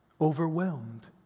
Overwhelmed